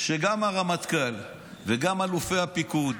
שגם הרמטכ"ל וגם אלופי הפיקוד